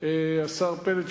השר פלד,